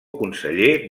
conseller